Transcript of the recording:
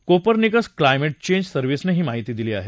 Copernicus climate change सर्विसनं ही माहिती दिली आहे